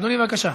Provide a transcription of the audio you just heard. בבקשה,